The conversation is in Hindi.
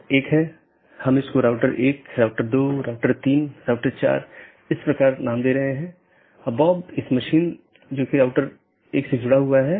जब एक BGP स्पीकरों को एक IBGP सहकर्मी से एक राउटर अपडेट प्राप्त होता है तो प्राप्त स्पीकर बाहरी साथियों को अपडेट करने के लिए EBGP का उपयोग करता है